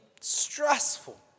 Stressful